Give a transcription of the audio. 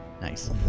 Nice